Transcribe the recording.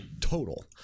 Total